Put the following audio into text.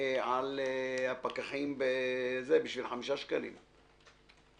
על הפקחים בשביל חמישה שקלים.